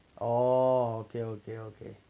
oh okay okay okay